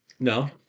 No